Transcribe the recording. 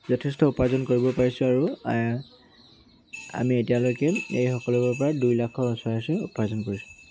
যথেষ্ট উপাৰ্জন কৰিব পাৰিছোঁ আৰু আমি এতিয়ালৈকে এই সকলোবোৰৰ পৰা দুই লাখৰ ওচৰা উচৰি উপাৰ্জন কৰিছোঁ